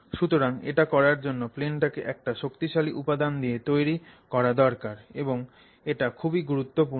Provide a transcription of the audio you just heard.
সুতরাং এটা করার জন্য প্লেনটাকে একটা শক্তিশালী উপাদান দিয়ে তৈরি করা দরকার এবং এটা খুবই গুরুত্বপূর্ণ